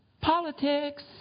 politics